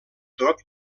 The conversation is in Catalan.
tot